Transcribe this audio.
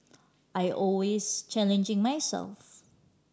I always challenging myself